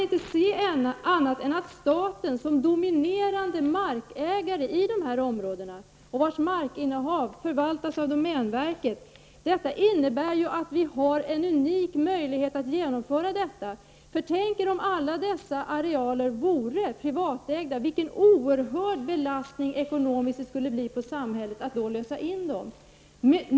Eftersom staten är dominerande markägare i dessa områden, vars markinnehav förvaltas av domänverket, kan jag inte se annat än att vi har en unik möjlighet att genomföra detta. Tänk om dessa arealer hade varit privatägda. Vilken är en oerhörd ekonomisk belastning det skulle bli på samhället att lösa in dem.